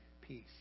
peace